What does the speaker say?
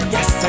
Yes